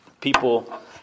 people